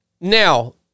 Now